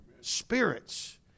spirits